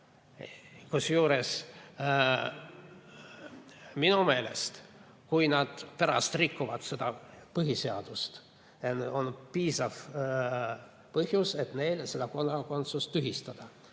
Kusjuures, minu meelest see, kui nad pärast rikuvad seda põhiseadust, on piisav põhjus, et neil see kodakondsus tühistada.